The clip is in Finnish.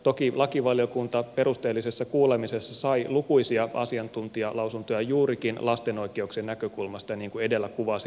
toki lakivaliokunta perusteellisessa kuulemisessa sai lukuisia asiantuntijalausuntoja juurikin lasten oikeuksien näkökulmasta niin kuin edellä kuvasin